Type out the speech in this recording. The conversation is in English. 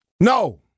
No